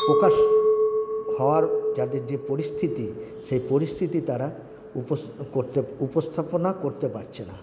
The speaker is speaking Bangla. প্রকাশ হওয়ার যাদের যে পরিস্থিতি সেই পরিস্থিতি তারা উপোস করতে উপস্থাপনা করতে পারছে না